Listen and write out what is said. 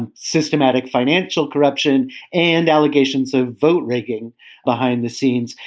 and systematic financial corruption and allegations of vote rigging behind the scenes.